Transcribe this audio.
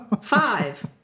Five